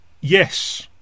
Yes